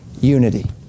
unity